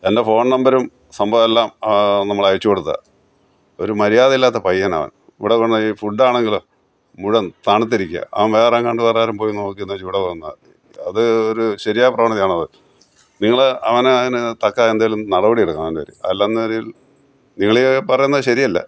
എൻ്റെ ഫോൺ നമ്പരും സംഭവവുമെല്ലാം നമ്മൾ അയച്ചു കൊടുത്തതാണ് ഒരു മര്യാദ ഇല്ലാത്ത പയ്യനാണ് അവൻ ഇവിടെ കൊണ്ടു വന്ന ഈ ഫുഡ് ആണെങ്കിലോ മുഴുവൻ തണുത്തിരിക്കുക അവൻ വേറെ എങ്ങാണ്ട് കുറേ നേരം പോയി നോക്കി നിന്നാച് ഇവിടെ വന്നത് അത് ഒരു ശരിയായ പ്രവണത ആണോ ഇത് നിങ്ങ അവന് തക്കതായ എന്തെങ്കിലും നടപടിയെടുക്കണം അവൻ്റേൽ അല്ലെന്നിരയിൽ നിങ്ങൾ ഈ പറയുന്നത് ശരിയല്ല